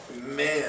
Man